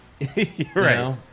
Right